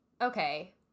okay